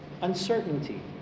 uncertainty